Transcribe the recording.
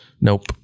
nope